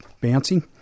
bouncing